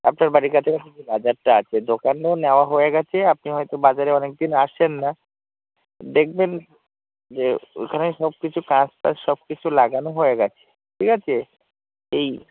আপনার বাড়ির কাছাকাছি যে বাজারটা আছে দোকানও নেওয়া হয়ে গিয়েছে আপনি হয়তো বাজারে অনেকদিন আসছেন না দেখবেন যে ওইখানে সব কিছু কাচ টাচ সব কিছু লাগানো হয়ে গেছে ঠিক আছে এই